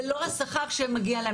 זה לא השכר שמגיע להם.